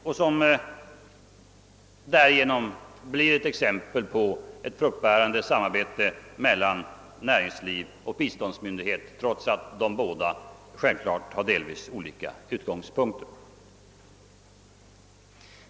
Den skulle bli ett exempel på ett fruktbärande samarbete mellan näringsliv och biståndsverksamhet, trots att dessa naturligtvis delvis har olika utgångspunkter.